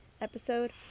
episode